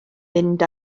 mynd